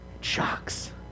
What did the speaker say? shocks